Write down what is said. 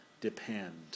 depend